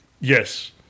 Yes